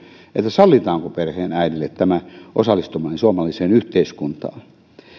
sallitaanko perheenäidille osallistuminen suomalaiseen yhteiskuntaan